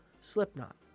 Slipknot